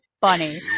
funny